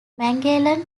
magellan